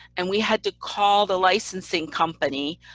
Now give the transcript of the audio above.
and we had to call the licensing company,